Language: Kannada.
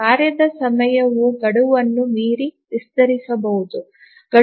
ಕಾರ್ಯದ ಸಮಯವು ಗಡುವನ್ನು ಮೀರಿ ವಿಸ್ತರಿಸಬಹುದು